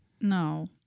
No